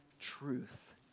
truth